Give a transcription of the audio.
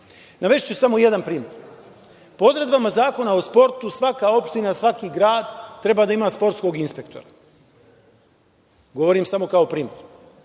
zakoni. Navešću samo jedan primer. Po odredbama Zakona o sportu, svaka opština, svaki grad treba da ima sportskog inspektora. Govorim samo kao primer.